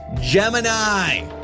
Gemini